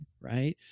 Right